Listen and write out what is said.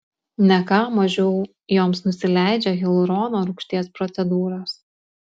ne ką mažiau joms nusileidžia hialurono rūgšties procedūros